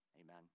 Amen